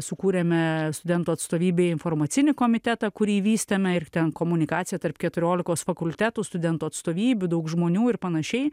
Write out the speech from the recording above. sukūrėme studentų atstovybėj informacinį komitetą kurį vystėme ir ten komunikaciją tarp keturiolikos fakultetų studentų atstovybių daug žmonių ir panašiai